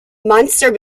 monster